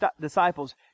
disciples